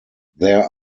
there